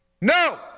No